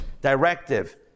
directive